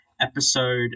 episode